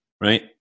right